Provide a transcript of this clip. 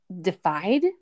defied